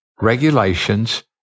regulations